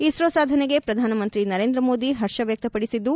ಇಸ್ತೋ ಸಾಧನೆಗೆ ಪ್ರಧಾನಮಂತ್ರಿ ನರೇಂದ್ರ ಮೋದಿ ಹರ್ಷ ವ್ಯಕ್ತಪಡಿಸಿದ್ದು